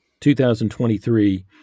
2023